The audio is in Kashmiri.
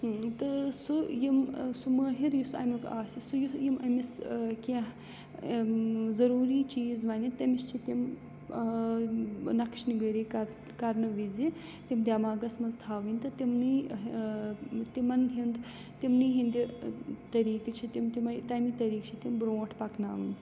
تہٕ سُہ یِم سُہ مٲہِر یُس اَمیُک آسہِ سُہ یِم أمِس کینٛہہ ضوٚروٗری چیٖز وَنہِ تٔمِس چھِ تِم نَقش نگٲری کَرنہٕ وِزِ تِم دٮ۪ماغَس منٛز تھاوٕنۍ تہٕ تِمنٕے تِمَن ہُنٛد تِمنٕے ہِنٛدِ طٔریٖقہٕ چھِ تِم تِمے تَمہ طٔریٖقہٕ چھِ تِم برونٛٹھ پَکناوٕنۍ